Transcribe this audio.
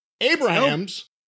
Abraham's